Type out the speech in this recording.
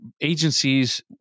agencies